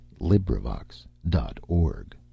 LibriVox.org